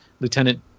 Lieutenant